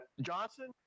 Johnson